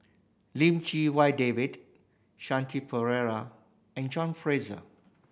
Lim Chee Wai David Shanti Pereira and John Fraser